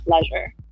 pleasure